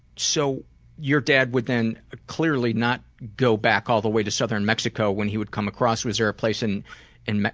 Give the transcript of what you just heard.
so your dad would then clearly not go back all the way to southern mexico when he would come across. was there a place in and